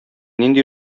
нинди